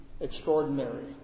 extraordinary